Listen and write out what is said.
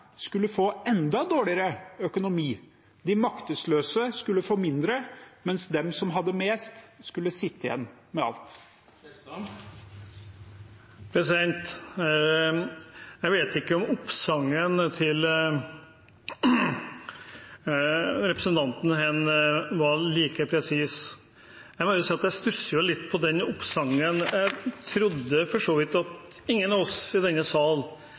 skulle få enda dårligere økonomi? De maktesløse skulle få mindre, mens de som hadde mest, skulle sitte igjen med alt. Jeg vet ikke om oppsangen til representanten her var like presis – jeg må si at jeg stusser litt over den oppsangen. Jeg trodde for så vidt at ingen av oss i denne sal